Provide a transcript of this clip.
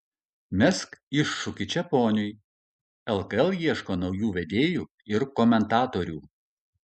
mesk iššūkį čeponiui lkl ieško naujų vedėjų ir komentatorių